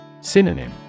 Synonym